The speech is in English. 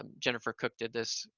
um jennifer cook did this,